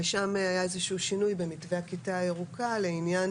ושם היה שינוי במתווה הכיתה הירוקה לעניין